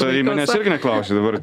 tai manęs irgi neklausia dabar